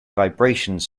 vibrations